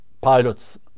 pilots